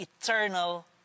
eternal